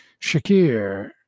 Shakir